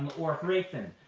or hrathen,